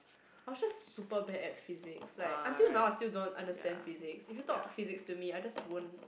I was just super bad at Physics like until now I still don't understand Physics if you talk a Physics to me I just won't